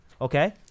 Okay